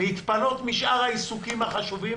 להתפנות משאר העיסוקים החשובים